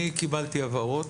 אני קיבלתי הבהרות.